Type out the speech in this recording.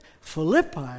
Philippi